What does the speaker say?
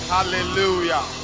Hallelujah